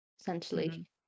essentially